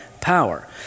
power